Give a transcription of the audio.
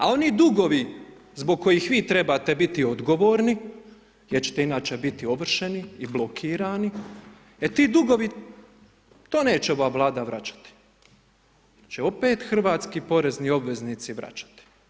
A oni dugovi, zbog kojih vi trebate biti odgovorni, jer ćete inače biti ovršeni i blokirani, e ti dugovi, to neće ova vlada vraćati, već će opet hrvatski porezni obveznici vračati.